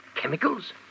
Chemicals